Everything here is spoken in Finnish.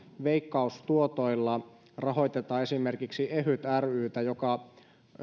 veikkaustuotoilla rahoitetaan esimerkiksi ehyt rytä joka